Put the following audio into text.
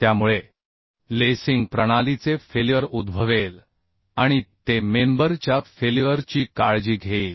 त्यामुळे लेसिंग प्रणालीचे फेल्युअर उद्भवेल आणि ते मेंबर च्या फेल्युअर ची काळजी घेईल